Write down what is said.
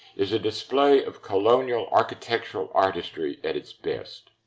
is a display of colonial architectural artistry at its best.